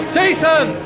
Jason